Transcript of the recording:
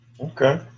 okay